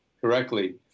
correctly